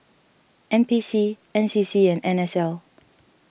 N P C N C C and N S L